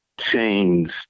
changed